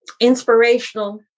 inspirational